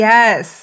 Yes